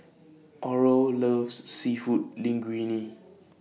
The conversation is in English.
Aurore loves Seafood Linguine